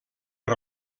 per